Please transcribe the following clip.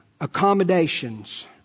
Accommodations